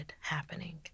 happening